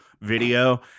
video